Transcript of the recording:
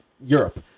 Europe